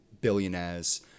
billionaires